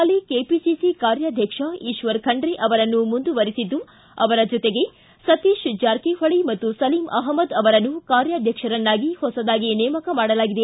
ಹಾಲಿ KPCC ಕಾರ್ಯಾಧ್ವಕ್ಷ ಈಶ್ವರ ಖಂಡ್ರೆ ಅವರನ್ನು ಮುಂದುವರೆಸಿದ್ದು ಅವರ ಜೊತೆಗೆ ಸತೀಶ್ ಜಾರಕಿಹೊಳಿ ಮತ್ತು ಸಲೀಂ ಅಹಮದ್ ಅವರನ್ನು ಕಾರ್ಯಾಧ್ಯಕ್ಷರನ್ನಾಗಿ ಹೊಸದಾಗಿ ನೇಮಕ ಮಾಡಲಾಗಿದೆ